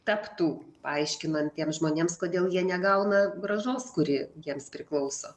taptų paaiškinant tiems žmonėms kodėl jie negauna grąžos kuri jiems priklauso